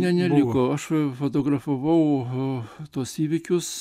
ne ne nieko aš fotografavau tuos įvykius